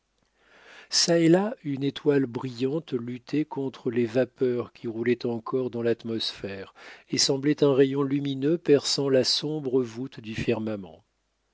çà et là une étoile brillante luttait contre les vapeurs qui roulaient encore dans l'atmosphère et semblait un rayon lumineux perçant la sombre voûte du firmament